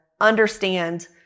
understand